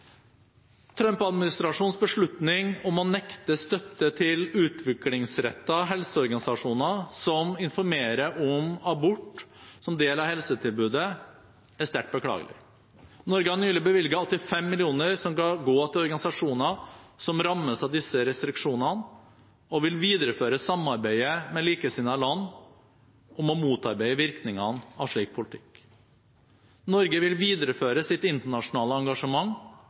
beslutning om å nekte støtte til utviklingsrettede helseorganisasjoner som informerer om abort som del av helsetilbudet, er sterkt beklagelig. Norge har nylig bevilget 85 mill. kr som skal gå til organisasjoner som rammes av disse restriksjonene, og vil videreføre samarbeidet med likesinnede land om å motarbeide virkningene av slik politikk. Norge vil videreføre sitt internasjonale engasjement